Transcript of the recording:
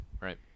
right